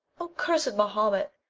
o cursed mahomet,